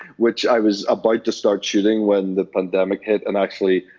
which i was about to start shooting when the pandemic hit, and actually,